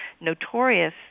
notorious